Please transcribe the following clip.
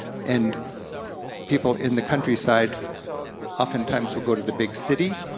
and people in the countryside oftentimes will go to the big city,